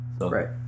Right